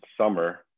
summer